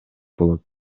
болот